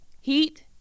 Heat